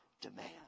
demand